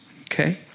okay